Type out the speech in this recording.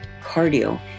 cardio